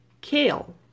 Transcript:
kale